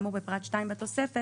כאמור בפרט 2 בתוספת,